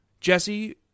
Jesse